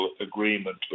agreement